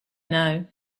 now